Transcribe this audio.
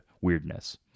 weirdness